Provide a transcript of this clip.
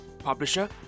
publisher